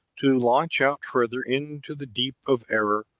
to launch out further into the deep of error,